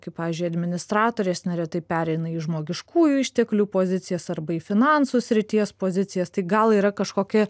kaip pavyzdžiui administratorės neretai pereina į žmogiškųjų išteklių pozicijas arba į finansų srities pozicijas tai gal yra kažkokia